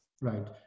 right